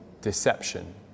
deception